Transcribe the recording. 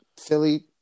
Philly